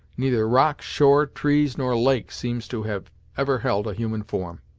neither rock, shore, trees, nor lake seems to have ever held a human form.